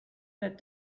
that